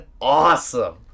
awesome